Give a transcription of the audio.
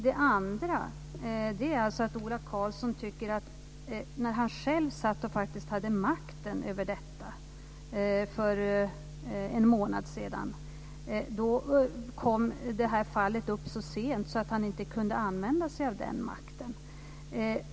Det andra är att Ola Karlsson anser att när han själv satt och hade makten över detta för en månad sedan kom fallet upp så sent att han inte kunde använda sig av den makten.